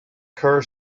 kerr